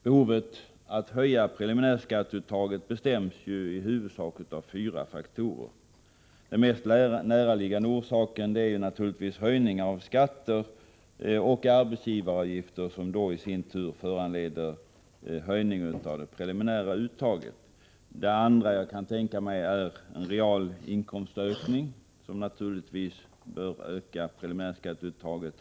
Behovet att höja preliminärskatteuttaget bestäms i huvudsak av fyra faktorer. Den mest närliggande är naturligtvis höjningar av skatter och arbetsgivaravgifter, som då i sin tur föranleder en höjning av det preliminära uttaget. Den andra orsaken jag kan tänka mig är en real inkomstökning, som självfallet bör öka preliminärskatteuttaget.